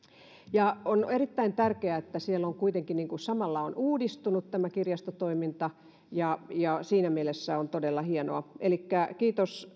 on on erittäin tärkeää että siellä on kuitenkin samalla uudistunut tämä kirjastotoiminta ja ja siinä mielessä se on todella hienoa elikkä kiitos